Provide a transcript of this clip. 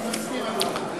אני מסכים, אדוני.